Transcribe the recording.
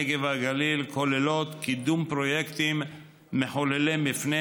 הנגב והגליל כוללות קידום פרויקטים מחוללי מפנה,